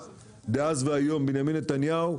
ראש הממשלה דאז והיום בנימין נתניהו,